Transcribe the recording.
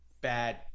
bad